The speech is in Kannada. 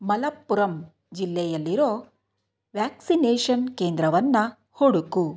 ಮಲಪ್ಪುರಂ ಜಿಲ್ಲೆಯಲ್ಲಿರೋ ವ್ಯಾಕ್ಸಿನೇಷನ್ ಕೇಂದ್ರವನ್ನು ಹುಡುಕು